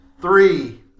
Three